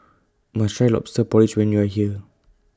My Try Lobster Porridge when YOU Are here